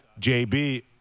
JB